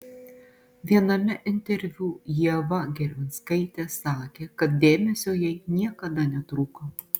viename interviu ieva gervinskaitė sakė kad dėmesio jai niekada netrūko